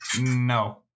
No